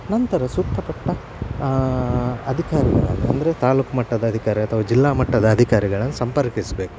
ನಂತರ ಸೂಕ್ತ ಪಟ್ಟ ಅಧಿಕಾರಿಗಳು ಅಂದರೆ ತಾಲೂಕು ಮಟ್ಟದ ಅಧಿಕಾರಿಗಳು ಅಥವಾ ಜಿಲ್ಲಾ ಮಟ್ಟದ ಅಧಿಕಾರಿಗಳನ್ನು ಸಂಪರ್ಕಿಸಬೇಕು